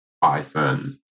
Python